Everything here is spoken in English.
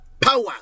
Power